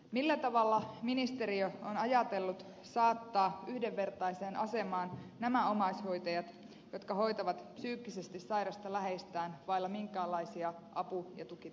millä tavalla ministeriö on ajatellut saattaa yhdenvertaiseen asemaan nämä omaishoitajat jotka hoitavat psyykkisesti sairasta läheistään vailla minkäänlaisia apu ja tukitoimia